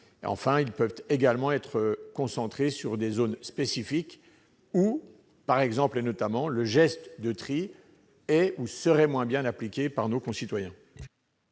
tri. Ils peuvent en outre être concentrés sur des zones spécifiques où, par exemple et notamment, le geste de tri serait moins bien appliqué par nos concitoyens.